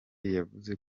yavuze